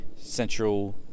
central